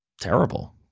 terrible